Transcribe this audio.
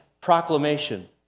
proclamation